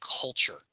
culture